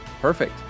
Perfect